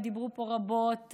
ודיברו פה רבות,